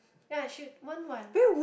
ya she Wen-Wan